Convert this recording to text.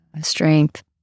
strength